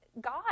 God